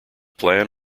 plan